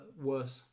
worse